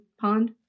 Pond